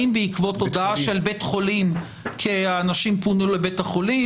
האם בעקבות הודעה של בית חולים כי אנשים פונו לבית החולים?